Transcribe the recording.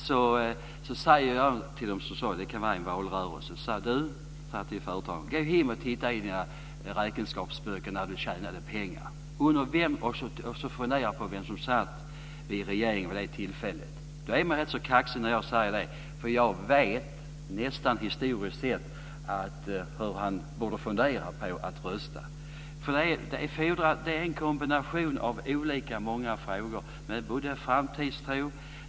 Jag säger så här till företagaren i t.ex. en valrörelse: "Gå hem och titta i dina räkenskapsböcker och ta reda på när du tjänade pengar, och fundera på vem som satt i regeringen vid det tillfället". Jag är rätt kaxig när jag säger det, för jag vet hur han borde rösta. Det är en kombination av många frågor. Det gäller framtidstro.